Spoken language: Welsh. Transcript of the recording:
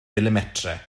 milimetrau